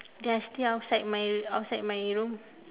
they are still outside my outside my room